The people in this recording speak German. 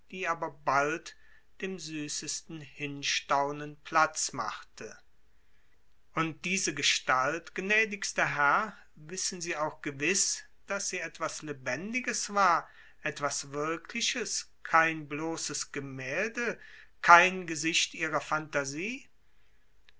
die aber bald dem süßesten hinstaunen platz machte und diese gestalt gnädigster herr wissen sie auch gewiß daß sie etwas lebendiges war etwas wirkliches kein bloßes gemälde kein gesicht ihrer phantasie